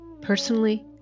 personally